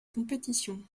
compétition